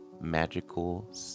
magical